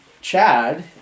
Chad